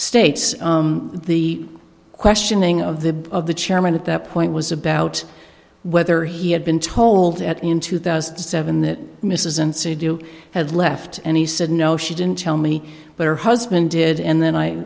states the questioning of the of the chairman at that point was about whether he had been told at in two thousand and seven that mrs unsay do had left and he said no she didn't tell me but her husband did and then i